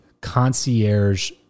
concierge